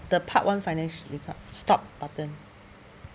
the part one finance report stop button